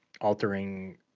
altering